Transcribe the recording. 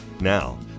Now